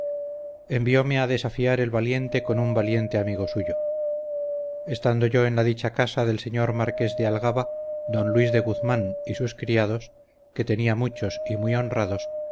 refugio enviome a desafiar el valiente con un valiente amigo suyo estando yo en la dicha casa del señor marques de algaba don luis de guzmán y sus criados que tenía muchos y muy honrados